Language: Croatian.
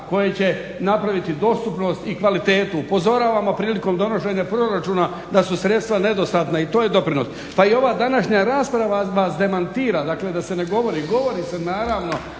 koje će napraviti dostupnost i kvalitetu. Upozoravamo prilikom donošenja proračuna da su sredstva nedostatna i to je doprinos. Pa i ova današnja rasprava vas demantira dakle da se ne govori, govori se naravno